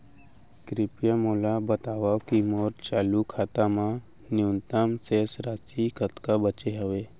कृपया मोला बतावव की मोर चालू खाता मा न्यूनतम शेष राशि कतका बाचे हवे